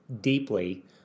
deeply